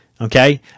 Okay